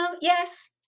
yes